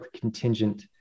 contingent